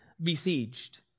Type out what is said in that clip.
besieged